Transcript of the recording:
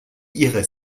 ihre